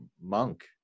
monk